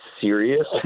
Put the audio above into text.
serious